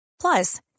Plus